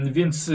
Więc